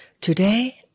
Today